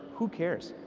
who cares.